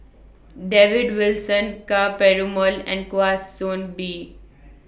David Wilson Ka Perumal and Kwa Soon Bee